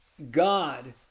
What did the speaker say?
God